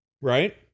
right